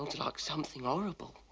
like something horrible.